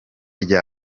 rye